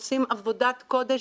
הם עושים עבודת קודש,